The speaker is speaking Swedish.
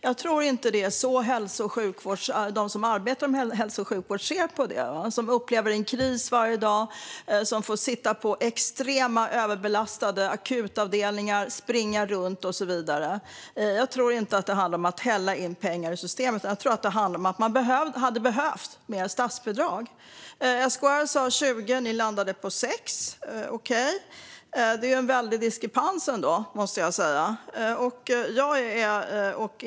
Jag tror inte att det är så de som arbetar inom hälso och sjukvården ser på det. De upplever en kris varje dag, de får sitta på extremt överbelastade akutavdelningar, de får springa runt och så vidare. Jag tror inte att det handlar om att hälla in pengar i systemet, utan jag tror att det handlar om att man hade behövt mer statsbidrag. SKR sa 20 miljarder, och ni landade på 6 miljarder, Johan Hultberg. Okej, jag måste ändå säga att det är en väldig diskrepans.